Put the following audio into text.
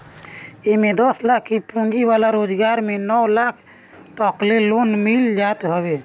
एमे दस लाख के पूंजी वाला रोजगार में नौ लाख तकले लोन मिल जात हवे